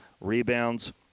rebounds